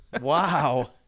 Wow